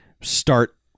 start